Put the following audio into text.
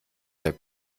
der